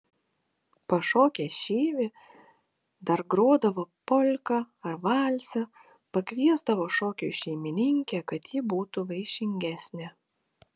pašokę šyvį dar grodavo polką ar valsą pakviesdavo šokiui šeimininkę kad ji būtų vaišingesnė